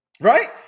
right